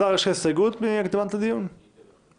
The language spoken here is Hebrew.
יש לך הסתייגות, אלעזר?